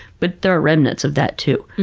but there are remnants of that too.